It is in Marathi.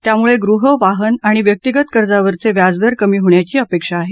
त्यामुळे गृह वाहन आणि व्यक्तीगत कर्जावरचे व्याजदर कमी होण्याची अपेक्षा आहे